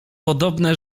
podobne